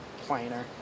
planer